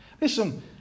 Listen